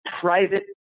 private